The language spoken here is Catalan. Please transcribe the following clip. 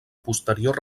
posterior